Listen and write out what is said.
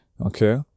okay